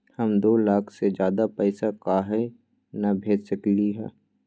हम दो लाख से ज्यादा पैसा काहे न भेज सकली ह?